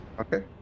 Okay